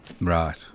Right